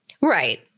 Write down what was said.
Right